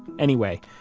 anyway,